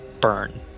burn